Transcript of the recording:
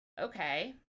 okay